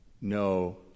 No